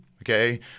okay